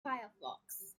firefox